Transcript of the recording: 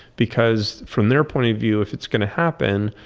because from their point of view, if it's going to happen,